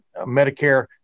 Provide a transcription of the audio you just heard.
Medicare